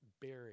buried